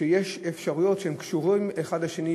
שיש אפשרויות שהם קשורים אחד לשני,